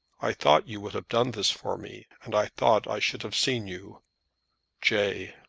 i thought you would have done this for me, and i thought i should have seen you j